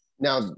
Now